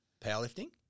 powerlifting